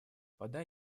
вода